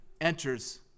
enters